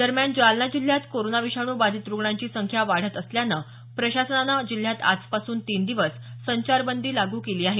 दरम्यान जालना जिल्ह्यात कोरोना विषाणू बाधित रुग्णांची संख्या वाढत असल्यानं प्रशासनाने जिल्ह्यात आजपासून तीन दिवस संचारबंदी लागू केली आहे